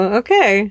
okay